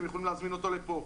אתם יכולים להזמין אותו לפה,